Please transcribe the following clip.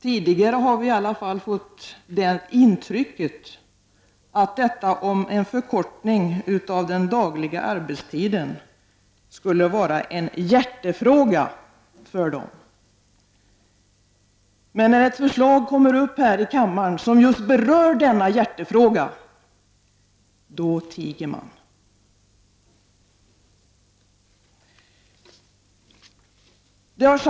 Tidigare har vi i alla fall fått intrycket att detta om en förkortning av den dagliga arbetstiden skulle vara en hjärtefråga för dem. Men när ett förslag kommer upp i kammaren som just berör denna hjärtefråga, då tiger man.